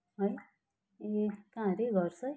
है ए कहाँ अरे घर चाहिँ